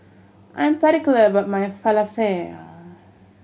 I'm particular about my Falafel